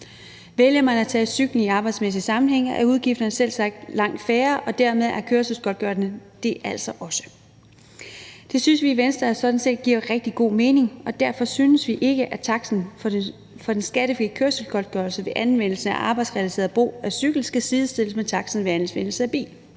Vælger man at tage cyklen i arbejdsmæssige sammenhænge, er udgifterne selvsagt langt færre, og dermed er kørselsgodtgørelsen det altså også. Det synes vi i Venstre sådan set giver rigtig god mening, og derfor synes vi ikke, at taksten for den skattefri kørselsgodtgørelse ved anvendelsen af arbejdsrelateret brug af cykel skal sidestilles med taksten af anvendelse af bil.